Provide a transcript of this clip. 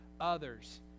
others